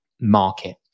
market